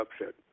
upset